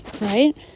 right